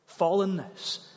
fallenness